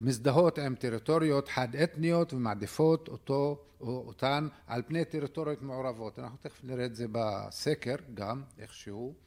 מזדהות הן טריטוריות חד אתניות ומעדיפות אותן על פני טריטוריות מעורבות אנחנו תכף נראה את זה בסקר גם איכשהו